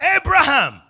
Abraham